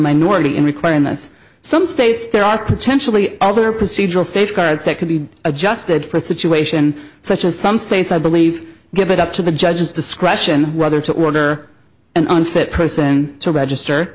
minority in requirements some states there are potentially other procedural safeguards that could be adjusted for a situation such as some states i believe give it up to the judge's discretion whether to order an unfit person to